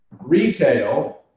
retail